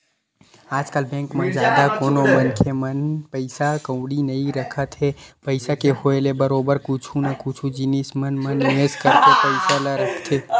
आजकल बेंक म जादा कोनो मनखे मन पइसा कउड़ी नइ रखत हे पइसा के होय ले बरोबर कुछु न कुछु जिनिस मन म निवेस करके पइसा ल रखत हे